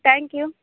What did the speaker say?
thank you